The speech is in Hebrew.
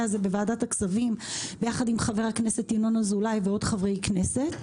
הזה בוועדת הכספים ביחד עם חבר הכנסת ינון אזולאי ועוד חברי כנסת,